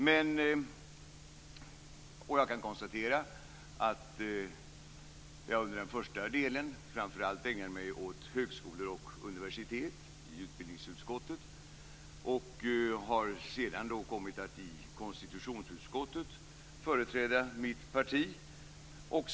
Under den första delen ägnade jag mig framför allt åt högskolor och universitet i utbildningsutskottet och har sedan kommit att i konstitutionsutskottet företräda mitt parti.